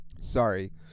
sorry